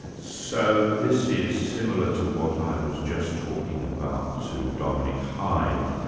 so this is similar to what i was just talking about to dominic hyde.